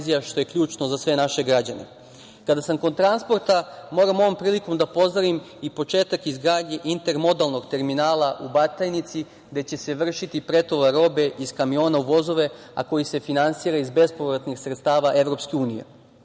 što je ključno za sve naše građane. Kada sam kod transporta, moram ovom prilikom da pozdravim i početak izgradnje intermodalnog terminala u Batajnici, gde će se vršiti pretovar robe iz kamiona u vozove, a koji se finansira iz bespovratnih sredstava EU.